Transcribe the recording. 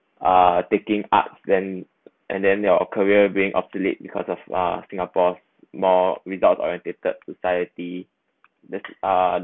uh taking up then and then your career being obsolete because of uh singapore more without orientated society there's uh